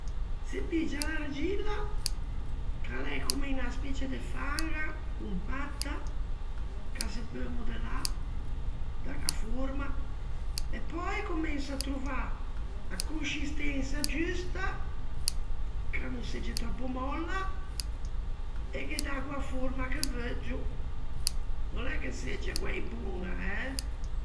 Se piggia l'argilla, ch'a l'é comme unna specie de fanga, compatta, ch'a se peu modellâ, dâghe a forma, e pöi comenso à trovâ a conscistensa giusta, che a no segge tròppo mòlla, e ghe daggo a forma che veuggio, no l'é che segge guæi boña, eh?!